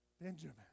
Benjamin